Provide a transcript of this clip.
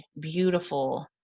beautiful